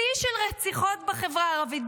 שיא של רציחות בחברה הערבית.